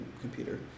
computer